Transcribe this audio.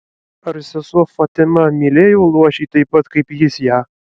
ar sesuo fatima mylėjo luošį taip pat kaip jis ją